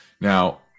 Now